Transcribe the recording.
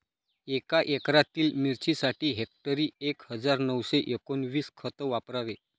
एका एकरातील मिरचीसाठी हेक्टरी एक हजार नऊशे एकोणवीस खत वापरावे